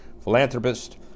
philanthropist